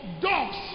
dogs